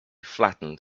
flattened